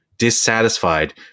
Dissatisfied